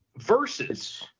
versus